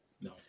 No